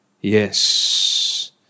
Yes